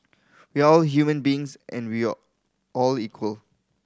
we're all human beings and we all all equal